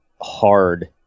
hard